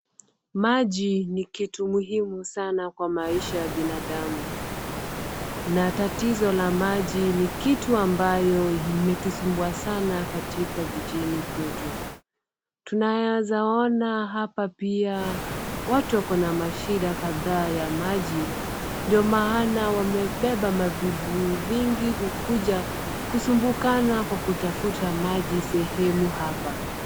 Maji ni kitu muhimu sana kwa maisha ya binadamu, na tatizo la maji ni kitu ambayo imetusumbua sana katika jijini kwetu, tunaweza ona hapa pia watu wako na mashida kadha ya maji, ndio maana wamebeba mavibuyu vingi kukuja kusumbukana kwa kutafuta maji sehemu hapa.